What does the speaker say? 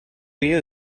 you